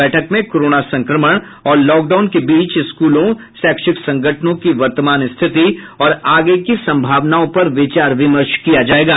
बैठक में कोरोना संक्रमण और लॉकडाउन के बीच स्कूलों शैक्षिक संगठनों की वर्तमान स्थिति और आगे की सम्भावनाओं पर विचार विमर्श किया जायेगा